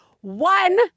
one